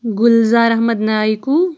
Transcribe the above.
Gulzar Ahmad Naikoo